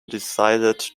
decided